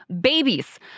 babies